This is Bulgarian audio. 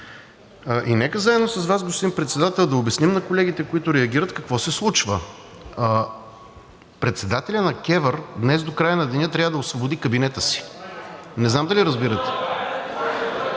и нека заедно с Вас, господин Председател, да обясним на колегите, които реагират, какво се случва. Председателят на КЕВР днес до края на деня трябва да освободи кабинета си. Не знам дали разбирате?